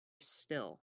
still